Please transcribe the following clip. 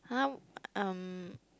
!huh! um